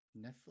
Netflix